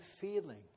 feeling